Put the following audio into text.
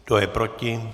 Kdo je proti?